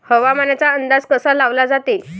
हवामानाचा अंदाज कसा लावला जाते?